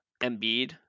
Embiid